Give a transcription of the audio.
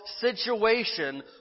situation